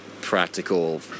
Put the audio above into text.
practical